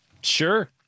Sure